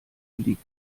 liegt